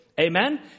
Amen